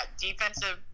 defensive